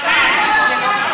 בושה איך שניהלתם את הדיון,